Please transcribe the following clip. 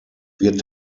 wird